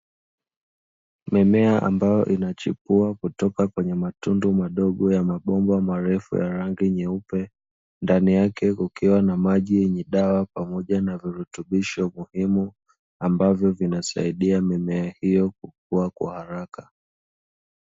Mimea ambayo inachipua kutoka kwenye matundu madogomadogo mabomba marefu yenye rangi nyeupe, ndani yake kukiwa na maji yenye dawa pamoja na virutubisho muhimu ambayo vinasaidia mimea kukuwa kwa haraka.